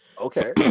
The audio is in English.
Okay